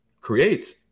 creates